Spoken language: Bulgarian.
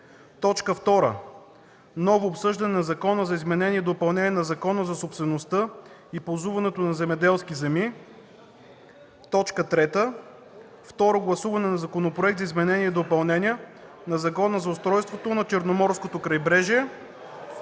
2. Ново обсъждане на Закона за изменение и допълнение на Закона за собствеността и ползването на земеделските земи. 3. Второ гласуване на Законопроект за изменение и допълнение на Закона за устройството на Черноморското крайбрежие.